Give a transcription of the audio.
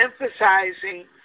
emphasizing